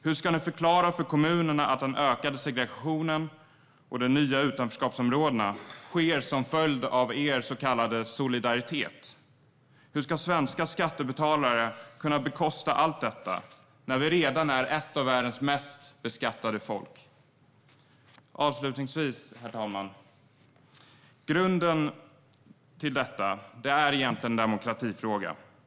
Hur ska ni förklara för kommunerna att den ökade segregationen sker och de nya utanförskapsområdena skapas som en följd av er så kallade solidaritet? Hur ska svenska skattebetalare kunna bekosta allt detta när de redan är ett av världens mest beskattade folk? Herr talman! Grunden till detta är en demokratifråga.